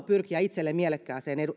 pyrkiä itselleen mielekkääseen